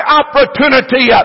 opportunity